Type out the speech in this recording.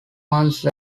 once